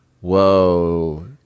whoa